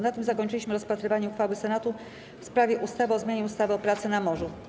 Na tym zakończyliśmy rozpatrywanie uchwały Senatu w sprawie ustawy o zmianie ustawy o pracy na morzu.